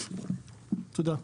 תודה.